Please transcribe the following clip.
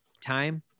Time